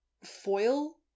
foil